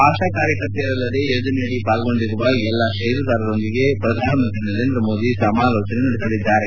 ಆಶಾ ಕಾರ್ಯಕರ್ತರಲ್ಲದೆ ಮಿಷನ್ ನಡಿಯಲ್ಲಿ ಪಾಲ್ಗೊಂಡಿರುವ ಎಲ್ಲಾ ಷೇರುದಾರರೊಂದಿಗೆ ಪ್ರಧಾನಮಂತ್ರಿ ನರೇಂದ್ರ ಮೋದಿ ಸಮಾಲೋಜನೆ ನಡೆಸಲಿದ್ದಾರೆ